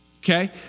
okay